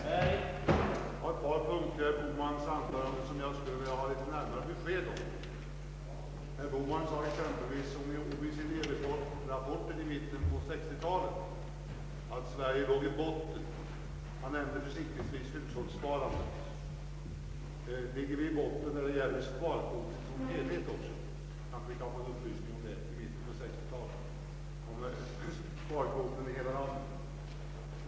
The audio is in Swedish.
Herr talman! Det är ett par punkter i herr Bohmans anförande som jag skul le vilja ha närmare besked om. Herr Bohman sade exempelvis om OECD rapporten i mitten av 1960-talet att Sverige låg i botten. Han nämnde försiktigtvis hushållssparandet. Ligger landets sparkvot som helhet också i botten jämfört med andra länders?